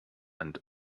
and